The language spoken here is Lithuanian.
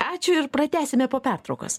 ačiū ir pratęsime po pertraukos